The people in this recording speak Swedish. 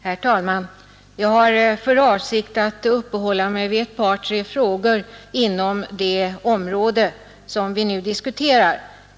Herr talman! Jag har för avsikt att uppehålla mig vid ett par tre frågor inom det område som vi nu diskuterar.